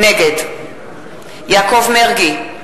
נגד יעקב מרגי,